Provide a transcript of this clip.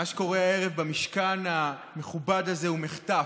מה שקורה הערב במשכן המכובד הזה הוא מחטף.